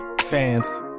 fans